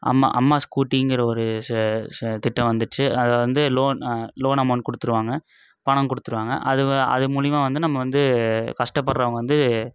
அம்மா அம்மா ஸ்கூட்டிங்கிற ஒரு சே சே திட்டம் வந்துச்சு அதில் வந்து லோன் லோன் அமௌண்ட் கொடுத்துருவாங்க பணம் கொடுத்துருவாங்க அது வ அது மூலிமா வந்து நம்ம வந்து கஷ்டப்படுறவங்க வந்து